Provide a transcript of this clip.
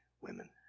women